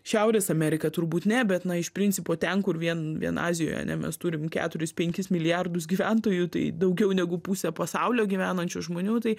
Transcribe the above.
šiaurės amerika turbūt ne bet na iš principo ten kur vien vien azijoje mes turim keturis penkis milijardus gyventojų tai daugiau negu pusė pasaulio gyvenančių žmonių tai